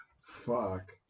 Fuck